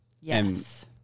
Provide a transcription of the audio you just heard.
Yes